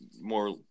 more